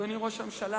אדוני ראש הממשלה,